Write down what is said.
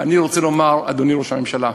אני רוצה לומר, אדוני ראש הממשלה,